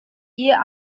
ihr